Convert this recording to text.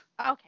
Okay